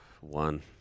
One